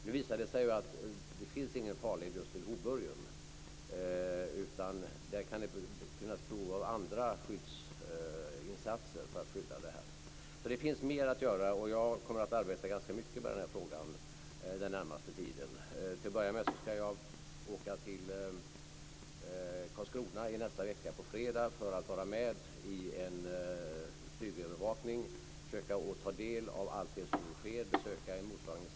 Nu visar det sig ju att det inte finns någon farled just vid Hoburgen. Där kan det finnas behov av andra insatser för att skydda det här. Så det finns mer att göra, och jag kommer att arbeta ganska mycket med den här frågan den närmaste tiden. Till att börja med ska jag åka till Karlskrona på fredag i nästa vecka för att vara med vid en flygövervakning. Jag ska försöka ta del av allt som sker. Jag ska besöka en mottagningsanläggning.